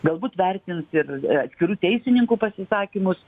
galbūt vertins ir atskirų teisininkų pasisakymus